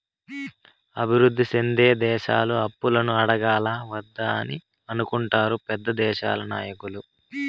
అభివృద్ధి సెందే దేశాలు అప్పులను అడగాలా వద్దా అని అనుకుంటారు పెద్ద దేశాల నాయకులు